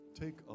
Take